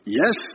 yes